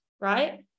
right